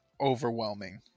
overwhelming